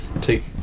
take